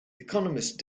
economist